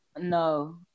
No